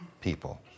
people